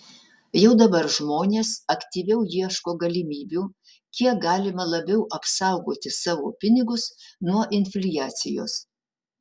jau dabar žmonės aktyviau ieško galimybių kiek galima labiau apsaugoti savo pinigus nuo infliacijos